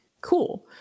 cool